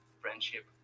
friendship